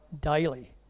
daily